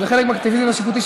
וזה חלק מהאקטיביזם השיפוטי,